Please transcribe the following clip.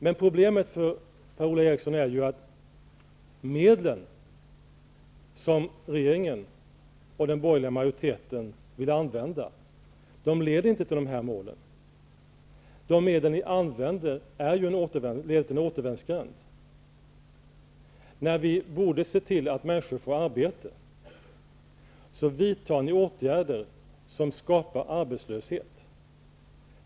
Men problemet för Per-Ola Eriksson är att medlen som regeringen och den borgerliga majoriteten vill använda inte leder till målen. Dessa medel leder till en återvändsgränd. När man borde se till att människor får arbete, vidtar ni åtgärder som skapar arbetslöshet.